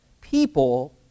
people